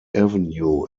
avenue